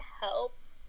helped